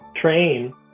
train